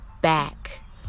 back